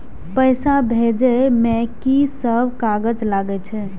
पैसा भेजे में की सब कागज लगे छै?